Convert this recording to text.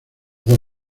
dos